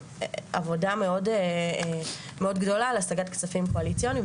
עבודה מאוד גדולה על השגת כספים קואליציוניים,